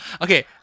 Okay